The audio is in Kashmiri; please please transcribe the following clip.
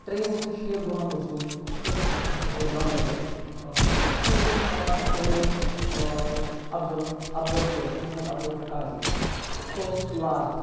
ترٛیٚیِم اوسُس شیخ غلام رسوٗل سُہ اوس گاندَبلَس ژوٗرِم اٮ۪م اٮ۪ل اے اوس افضل افضل قٲضۍ محمد افضل قاضی سُہ لارَس